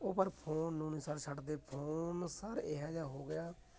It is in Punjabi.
ਉਹ ਪਰ ਫੋਨ ਨੂੰ ਨਹੀਂ ਸਰ ਛੱਡਦੇ ਫੋਨ ਸਰ ਇਹੋ ਜਿਹਾ ਹੋ ਗਿਆ